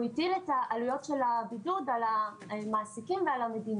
והוא הטיל את העלויות של הבידוד על המעסיקים ועל המדינה.